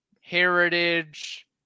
heritage